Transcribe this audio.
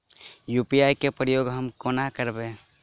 UPI केँ प्रयोग हम कोना करबे?